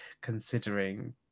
considering